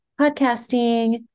podcasting